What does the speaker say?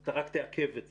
אתה רק תעכב את זה.